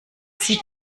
sie